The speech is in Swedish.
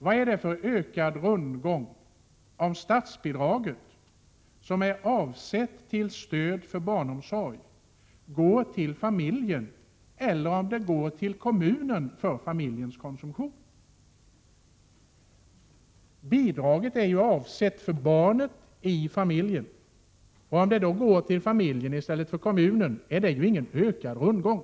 Vad är det för ökad rundgång om statsbidraget, som är avsett till stöd för barnomsorg, går till familjen i stället för till kommunen för familjens konsumtion? Bidraget är ju avsett för barnen i familjen. Om det går till familjen i stället för kommunen är det ingen ökad rundgång.